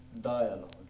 dialogue